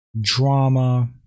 drama